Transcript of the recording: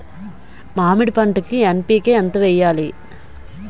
మామిడి పంటకి ఎన్.పీ.కే ఎంత వెయ్యాలి?